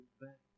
back